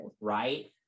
right